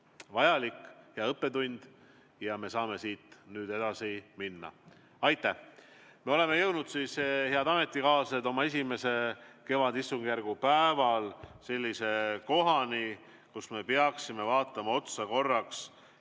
vajalik õppetund ja me saame siit nüüd edasi minna. Aitäh! Me oleme jõudnud, head ametikaaslased, oma esimesel kevadistungjärgu päeval sellise kohani, kus me peaksime korraks